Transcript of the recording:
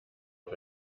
auf